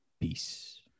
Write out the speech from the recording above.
Peace